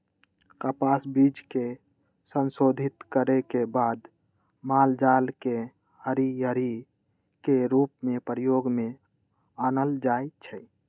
कपास बीज के संशोधित करे के बाद मालजाल के हरियरी के रूप में प्रयोग में आनल जाइ छइ